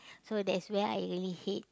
so that's where I really hate